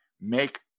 make